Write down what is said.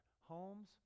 homes